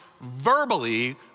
verbally